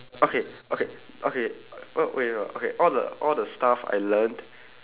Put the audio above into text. okay okay okay what wai~ what okay all the all the stuff I learnt